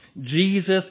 Jesus